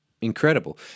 Incredible